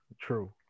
True